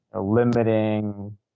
limiting